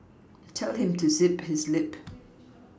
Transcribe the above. tell him to zip his lip